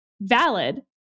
valid